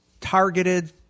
targeted